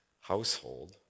household